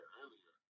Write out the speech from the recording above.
earlier